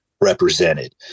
represented